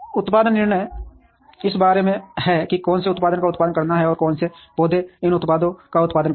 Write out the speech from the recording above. उत्पादन निर्णय इस बारे में हैं कि कौन से उत्पाद का उत्पादन करना है और कौन से पौधे इन उत्पादों का उत्पादन करेंगे